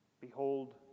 Behold